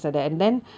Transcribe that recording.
ya